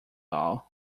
all